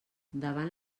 davant